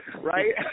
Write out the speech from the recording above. Right